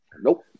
Nope